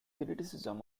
criticism